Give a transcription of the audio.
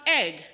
egg